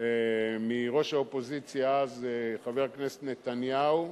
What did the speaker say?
מראש האופוזיציה אז, חבר הכנסת נתניהו,